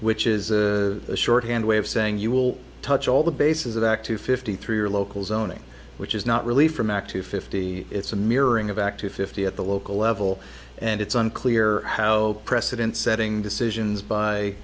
which is a shorthand way of saying you will touch all the bases of act two fifty three your local zoning which is not really from act to fifty it's a mirroring of active fifty at the local level and it's unclear how precedent setting decisions by